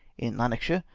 in lanarkshire,